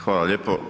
Hvala lijepo.